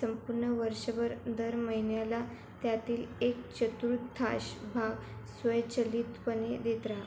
संपूर्ण वर्षभर दर महिन्याला त्यातील एक चतुर्थांश भाग स्वयंचलितपणे देत राहा